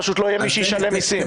פשוט לא יהיה מי שישלם מיסים.